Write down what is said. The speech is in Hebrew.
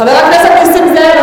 חבר הכנסת נסים זאב,